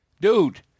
Dude